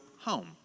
home